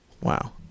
wow